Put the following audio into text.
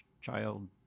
child